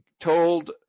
told